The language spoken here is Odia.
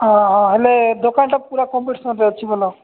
ହଁ ହଁ ହେଲେ ଦୋକାନଟା ପୁରା କମ୍ପଟିସନ୍ରେ ଅଛି ଭଲ